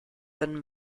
been